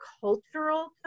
cultural